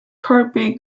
kirkby